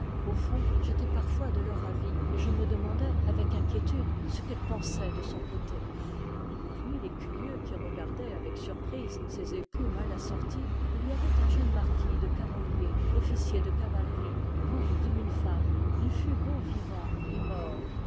au fond j'étais parfois de leur avis et je me demandais avec inquiétude ce qu'elle pensait de son côté parmi les curieux qui regardaient avec surprise ces époux mal assortis il y avait un jeune marquis de carolyié officier de cavalerie beau comme une femme il fut beau vivant et mort